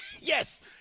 Yes